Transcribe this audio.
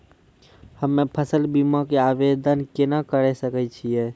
हम्मे फसल बीमा के आवदेन केना करे सकय छियै?